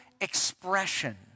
expression